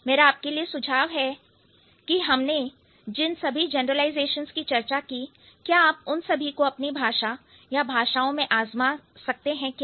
मेरा आपके लिए सुझाव है कि हमने जिन सभी जनरलाइजेशंस की चर्चा की क्या आप उन सभी को अपनी भाषा या भाषाओं में आजमा सकते हैं क्या